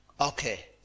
Okay